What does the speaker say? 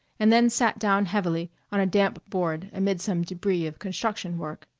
and then sat down heavily on a damp board amid some debris of construction work.